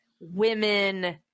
women